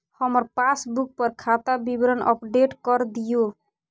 हमर पासबुक पर खाता विवरण अपडेट कर दियो